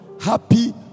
Happy